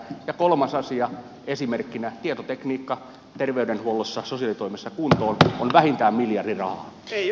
ja kolmas asia esimerkkinä tietotekniikka terveydenhuollossa sosiaalitoimessa kuntoon on vähintään miljardi rahaa